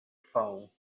phone